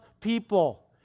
people